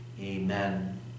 Amen